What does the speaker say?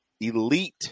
elite